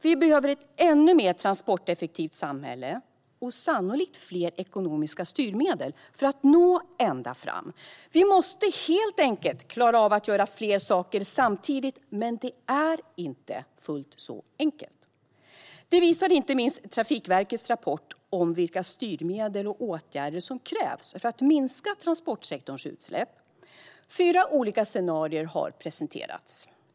Vi behöver ett ännu mer transporteffektivt samhälle och sannolikt fler ekonomiska styrmedel för att nå ända fram. Vi måste helt enkelt klara av att göra fler saker samtidigt, men det är inte fullt så enkelt. Det visar inte minst Trafikverkets rapport om vilka styrmedel och åtgärder som krävs för att minska transportsektorns utsläpp. Fyra olika scenarier har presenterats.